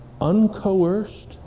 uncoerced